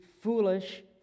foolish